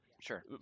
sure